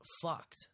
fucked